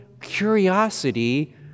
curiosity